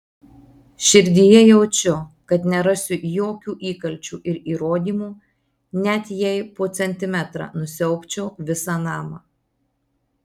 širdyje jaučiu kad nerasiu jokių įkalčių ir įrodymų net jei po centimetrą nusiaubčiau visą namą